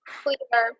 clear